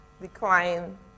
decline